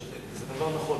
זה דבר נכון,